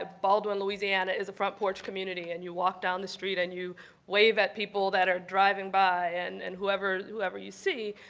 ah baldwin, louisiana is a front porch community, and you walk down the street and you wave at people that are driving by, and and whoever whoever you see,